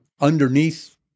underneath